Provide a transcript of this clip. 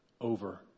over